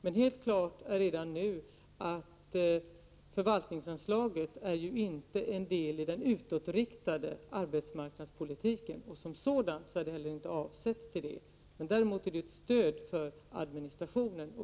Men det är redan nu helt klart att förvaltningsanslag inte utgör en del av den utåtriktade arbetsmarknadspolitiken, och det är inte heller avsett för det ändamålet, men det är däremot ett stöd för administrationen.